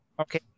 Okay